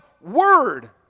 word